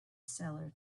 seller